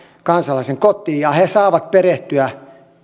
kansalaisen kotiin ja he saavat perehtyä